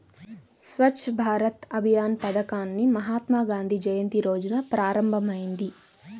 స్వచ్ఛ్ భారత్ అభియాన్ పథకాన్ని మహాత్మాగాంధీ జయంతి రోజున ప్రారంభమైంది